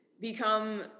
become